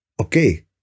okay